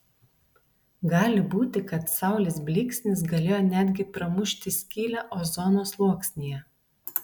gali būti kad saulės blyksnis galėjo net gi pramušti skylę ozono sluoksnyje